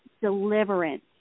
deliverance